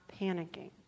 panicking